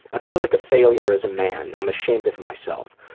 i feel like a failure as a man. i'm ashamed of myself.